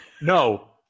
No